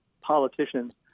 politicians